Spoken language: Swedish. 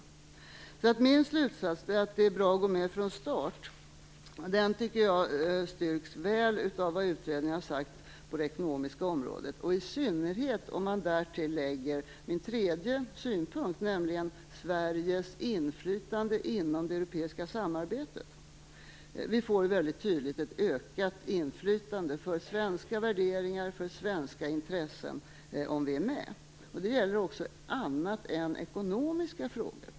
Jag tycker alltså att min slutsats - att det är bra att gå med från start - styrks mycket väl av det som utredningen har sagt på det ekonomiska området, i synnerhet om man därtill lägger en tredje synpunkt, nämligen Sveriges inflytande inom det europeiska samarbetet. Vi får väldigt tydligt ett ökat inflytande för svenska värderingar och svenska intressen, om vi är med. Det gäller också för annat än ekonomiska frågor.